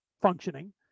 functioning